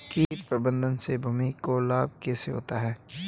कीट प्रबंधन से भूमि को लाभ कैसे होता है?